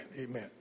Amen